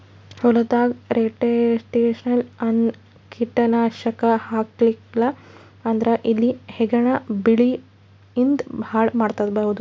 ಹೊಲದಾಗ್ ರೊಡೆಂಟಿಸೈಡ್ಸ್ ಅನ್ನದ್ ಕೀಟನಾಶಕ್ ಹಾಕ್ಲಿಲ್ಲಾ ಅಂದ್ರ ಇಲಿ ಹೆಗ್ಗಣ ಬೆಳಿ ತಿಂದ್ ಹಾಳ್ ಮಾಡಬಹುದ್